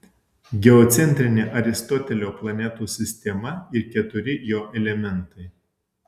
geocentrinė aristotelio planetų sistema ir keturi jo elementai